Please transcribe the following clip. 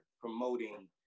promoting